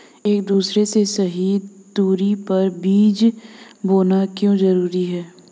एक दूसरे से सही दूरी पर बीज बोना क्यों जरूरी है?